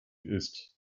ist